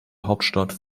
hauptstadt